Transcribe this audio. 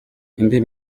indi